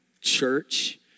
church